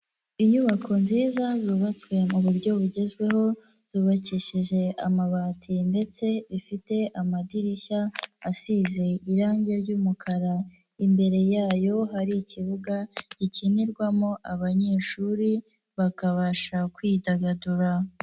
Inyubako nziza zubatswe mu buryo bugezweho, zubakishije amabati ndetse zifite amadirishya asize irange ry'umukara, imbere yayo hari ikibuga gikinirwamo abanyeshuri bakabasha kwidagadura.